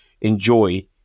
enjoy